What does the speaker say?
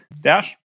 Dash